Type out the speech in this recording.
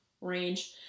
range